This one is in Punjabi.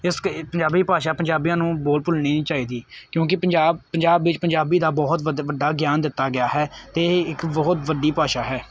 ਇਸ ਪੰਜਾਬੀ ਭਾਸ਼ਾ ਪੰਜਾਬੀਆਂ ਨੂੰ ਬੋਲ ਭੁੱਲਣੀ ਨਹੀਂ ਚਾਹੀਦੀ ਕਿਉਂਕਿ ਪੰਜਾਬ ਪੰਜਾਬ ਵਿੱਚ ਪੰਜਾਬੀ ਦਾ ਬਹੁਤ ਵੱਦ ਵੱਡਾ ਗਿਆਨ ਦਿੱਤਾ ਗਿਆ ਹੈ ਅਤੇ ਇਹ ਇੱਕ ਬਹੁਤ ਵੱਡੀ ਭਾਸ਼ਾ ਹੈ